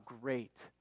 great